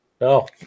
No